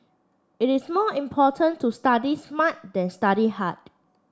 it is more important to study smart than study hard